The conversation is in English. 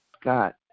Scott